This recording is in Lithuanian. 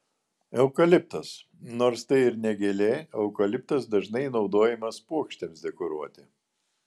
eukaliptas nors tai ir ne gėlė eukaliptas dažnai naudojamas puokštėms dekoruoti